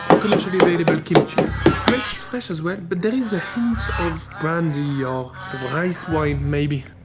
commercially available kimchi. it smells fresh as well. but there is a hint of brandy ah or rice wine maybe.